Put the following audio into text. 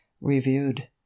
reviewed